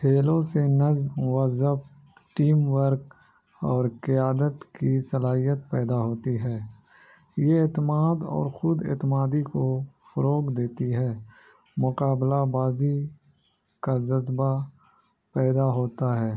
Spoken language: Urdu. کھیلوں سے نظم وضبط ٹیم ورک اور قیادت کی صلاحیت پیدا ہوتی ہے یہ اعتماد اور خود اعتمادی کو فروغ دیتی ہے مقابلہ بازی کا جذبہ پیدا ہوتا ہے